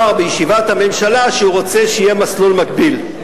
בישיבת הממשלה שהוא רוצה שיהיה מסלול מקביל.